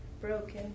broken